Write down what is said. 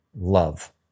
love